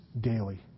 daily